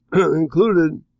included